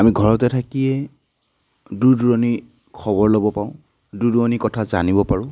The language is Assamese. আমি ঘৰতে থাকিয়ে দূৰ দূৰণিৰ খবৰ ল'ব পাওঁ দূৰ দূৰণিৰ কথা জনিব পাৰোঁ